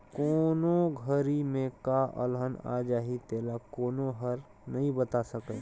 कोन घरी में का अलहन आ जाही तेला कोनो हर नइ बता सकय